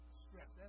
stress